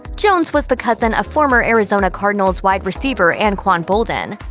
jones was the cousin of former arizona cardinals wide receiver anquan boldin.